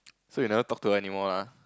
so you never talk to her anymore lah